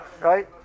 right